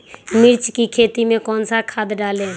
मिर्च की खेती में कौन सा खाद डालें?